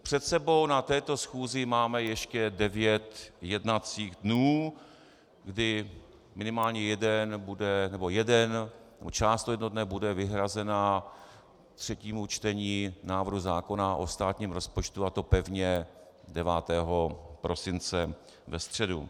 Před sebou na této schůzi máme ještě devět jednacích dnů, kdy minimálně jeden nebo část dne bude vyhrazena třetímu čtení návrhu zákona o státním rozpočtu, a to pevně 9. prosince ve středu.